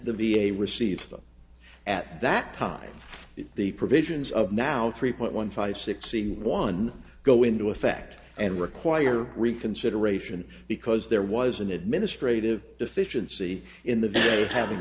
the v a receives them at that time the provisions of now three point one five six c one go into effect and require reconsideration because there was an administrative deficiency in the hav